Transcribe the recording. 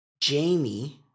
Jamie